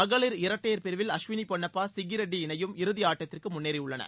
மகளிர் இரட்டையர் பிரிவில் அஸ்வினி பொன்னப்பா சிக்கி ரெட்டி இணையும் இறுதியாட்டத்திற்கு முன்னேறியுள்ளனர்